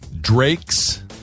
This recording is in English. drakes